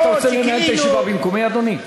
אתה רוצה לנהל את הישיבה במקומי, אדוני?